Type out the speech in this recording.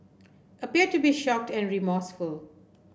appeared to be shocked and remorseful